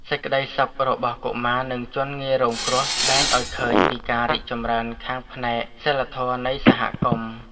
សេចក្តីសុខរបស់កុមារនិងជនងាយរងគ្រោះស្តែងឱ្យឃើញពីការរីកចម្រើនខាងផ្នែកសីលធម៌នៃសហគមន៍។